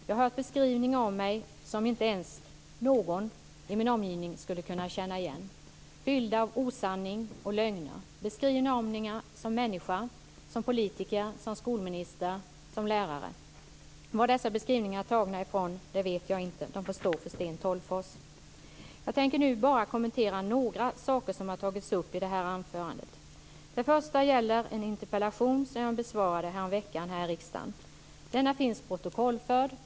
Jag har hört beskrivningar av mig som inte någon i min omgivning skulle kunna känna igen, beskrivningar fyllda av osanning och lögner. Det har varit beskrivningar av mig som människa, som politiker, som skolminister och som lärare. Var dessa beskrivningar är tagna ifrån vet jag ingenting om. De får stå för Sten Tolgfors. Jag tänker nu bara kommentera ett par saker som har tagits upp i Sten Tolgfors anförande. Det första gäller en interpellation som jag besvarade häromveckan i riksdagen. Den finns protokollförd.